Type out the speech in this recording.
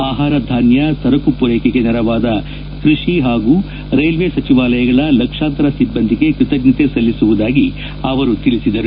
ಆಹಾರಧಾನ್ಯ ಸರಕು ಪೂರೈಕೆಗೆ ನೆರವಾದ ಕೃಷಿ ಹಾಗೂ ರೈಲ್ವೆ ಸಚಿವಾಲಯಗಳ ಲಕ್ಷಾಂತರ ಸಿಬ್ಬಂದಿಗೆ ಕೃತಜ್ಞತೆ ಸಲ್ಲಿಸುವುದಾಗಿ ಅವರು ತಿಳಿಸಿದರು